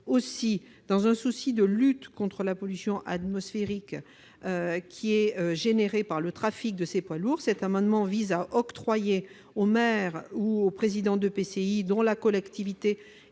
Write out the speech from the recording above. Aussi, dans un souci de lutte contre la pollution atmosphérique résultant du trafic de ces poids lourds, cet amendement vise à octroyer aux maires ou aux présidents d'EPCI dont la collectivité